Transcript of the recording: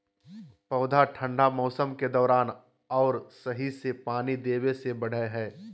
पौधा ठंढा मौसम के दौरान और सही से पानी देबे से बढ़य हइ